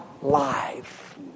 Life